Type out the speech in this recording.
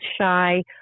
shy